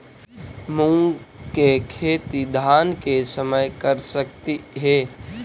मुंग के खेती धान के समय कर सकती हे?